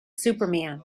superman